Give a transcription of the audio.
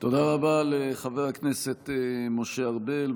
תודה רבה לחבר הכנסת משר ארבל.